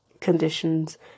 conditions